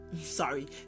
sorry